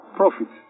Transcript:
profit